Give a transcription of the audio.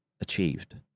achieved